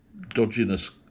dodginess